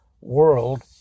world